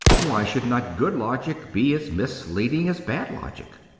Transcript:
why should not good logic be as misleading as bad logic?